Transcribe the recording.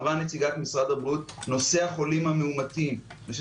אמרה נציגת משרד הבריאות: נושא החולים המאומתים אני חושב